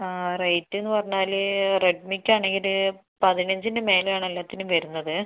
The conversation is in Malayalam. റേറ്റെന്ന് പറഞ്ഞാൽ റെഡ്മിക്ക് ആണെങ്കിൽ പതിനഞ്ചിൻ്റെ മേലെ ആണ് എല്ലാത്തിനും വരുന്നത്